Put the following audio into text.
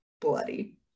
bloody